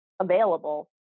available